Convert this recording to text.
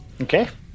Okay